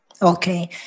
Okay